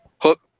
hook